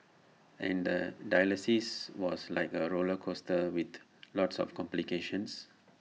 and the dialysis was like A roller coaster with lots of complications